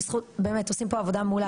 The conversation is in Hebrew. וארגון בזכות, באמת עושים פה עבודה מעולה.